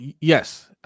yes